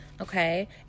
Okay